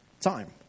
time